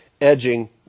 edging